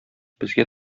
безгә